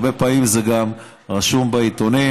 הרבה פעמים זה גם רשום בעיתונים,